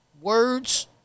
Words